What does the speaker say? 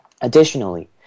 Additionally